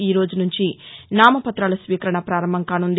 ఈరోజు నుంచి నామపతాల స్వీకరణ పారంభంకానుంది